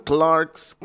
Clarks